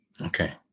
Okay